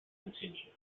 continue